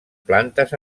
plantes